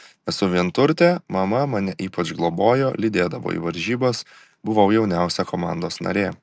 esu vienturtė mama mane ypač globojo lydėdavo į varžybas buvau jauniausia komandos narė